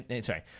Sorry